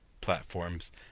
platforms